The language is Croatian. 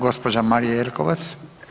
Gospođa Marija Jelkovac.